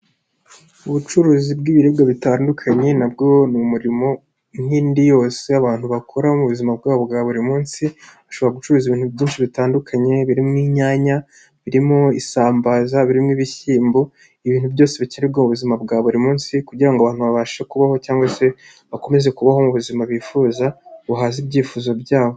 Ubucuruzi bw'ibiribwa bitandukanye na bwo ni umurimo nk'indi yose abantu bakora mu buzima bwabo bwa buri munsi, ushobora gucuruza ibintu byinshi bitandukanye birimo inyanya, birimo isambaza, birimo ibishyimbo, ibintu byose bikenerwaho mu buzima bwa buri munsi kugira ngo abantu babashe kubaho cyangwa se bakomeze kubaho mu buzima bifuza buhaza ibyifuzo byabo.